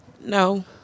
No